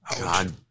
God